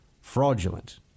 fraudulent